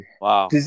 Wow